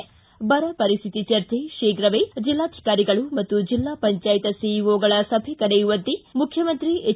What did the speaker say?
್ಲಿ ಬರ ಪರಿಸ್ಥಿತಿ ಚರ್ಚೆ ಶೀಘವೇ ಜಿಲ್ಡಾಧಿಕಾರಿಗಳು ಮತ್ತು ಜಿಲ್ಡಾ ಪಂಜಾಯತ್ ಸಿಇಒಗಳ ಸಭೆ ಕರೆಯುವಂತೆ ಮುಖ್ಯಮಂತ್ರಿ ಎಚ್